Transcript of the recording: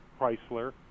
Chrysler